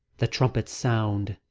the trumpets sound,